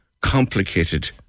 complicated